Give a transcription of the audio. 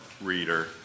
reader